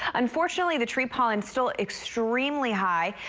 unfortunately, the tree pollen still extremely high.